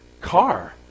car